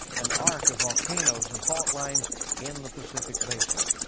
an arc of volcanoes and fault lines in the pacific basin.